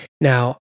Now